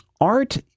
art